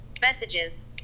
messages